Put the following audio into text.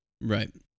Right